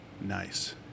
Nice